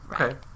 Okay